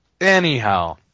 anyhow